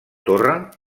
torre